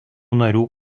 narių